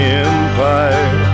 empire